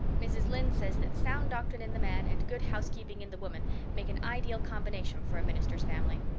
mrs. lynde says that sound doctrine in the man and good housekeeping in the woman make an ideal combination for a minister's family.